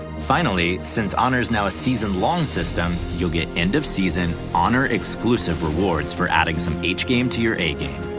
finally, since honor is now a season-long system, you'll get end of season, honor exclusive, rewards for adding some h game to your a game.